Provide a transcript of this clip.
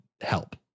help